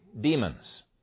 demons